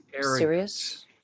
serious